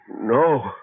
no